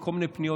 כל מיני פניות,